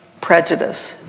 prejudice